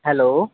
hello